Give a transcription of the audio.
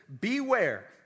Beware